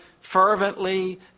fervently